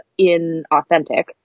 inauthentic